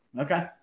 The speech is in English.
Okay